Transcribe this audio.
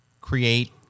create